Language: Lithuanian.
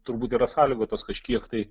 turbūt yra sąlygotos kažkiek tai